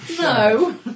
No